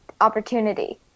opportunity